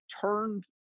turned